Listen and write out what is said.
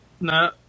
No